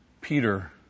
Peter